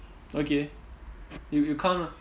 okay you you count ah